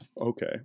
okay